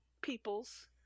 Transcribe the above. Peoples